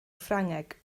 ffrangeg